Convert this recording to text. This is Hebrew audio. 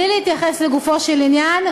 מבלי להתייחס לגופו של עניין,